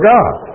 God